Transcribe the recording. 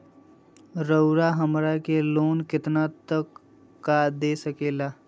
रउरा हमरा के लोन कितना तक का दे सकेला?